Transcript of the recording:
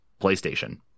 PlayStation